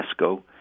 UNESCO